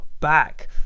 back